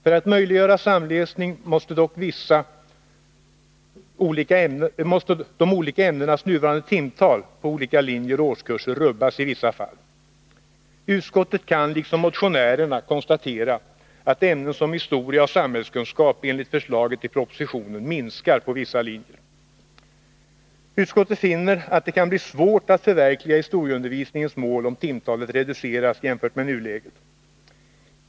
För att möjliggöra samläsning måste dock de skilda ämnenas nuvarande timtal på olika linjer och årskurser rubbas i vissa fall. Utskottet kan liksom motionärerna konstatera att ämnen som historia och samhällskunskap enligt förslaget i propositionen minskar på vissa linjer. Utskottet finner att det kan bli svårt att förverkliga historieundervisningens mål, om timtalet reduceras jämfört med nuläget.